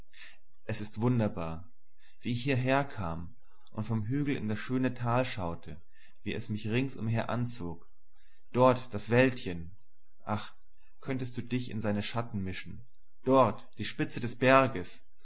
es ist wunderbar wie ich hierher kam und vom hügel in das schöne tal schaute wie es mich rings umher anzog dort das wäldchen ach könntest du dich in seine schatten mischen dort die spitze des berges